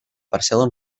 parcel·la